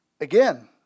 Again